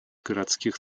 городских